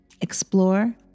explore